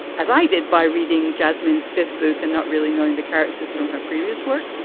as i did by reading jasmine's fifth book and not really knowing the characters from her previous work.